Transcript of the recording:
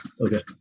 okay